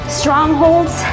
strongholds